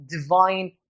divine